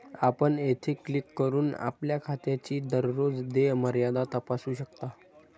आपण येथे क्लिक करून आपल्या खात्याची दररोज देय मर्यादा तपासू शकता